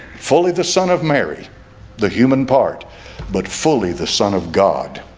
fully the son of mary the human part but fully the son of god